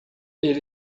ele